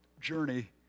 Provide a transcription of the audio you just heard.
journey